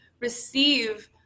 receive